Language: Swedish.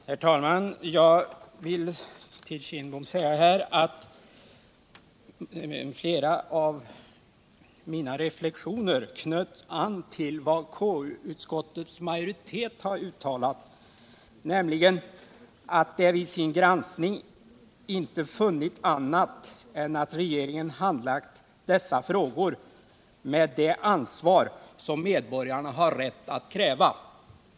Herr talman! Till Bengt Kindbom vill jag säga att flera av mina reflexioner knöt an till vad konstitutionsutskottets majoritet har uttalat, nämligen att det vid sin granskning inte funnit annat än att regeringen har handlagt dessa frågor med det ansvar som medborgarna har rätt att kräva.